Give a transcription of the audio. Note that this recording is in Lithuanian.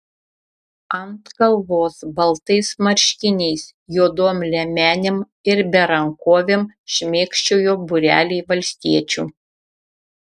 ant kalvos baltais marškiniais juodom liemenėm ir berankovėm šmėkščiojo būreliai valstiečių